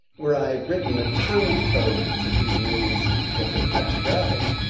where i written a ton of code to do millions of different kinds of graphics.